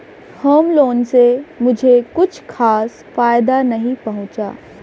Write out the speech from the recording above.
home loan से मुझे कुछ खास फायदा नहीं पहुंचा